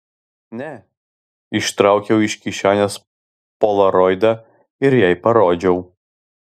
ne ištraukiau iš kišenės polaroidą ir jai parodžiau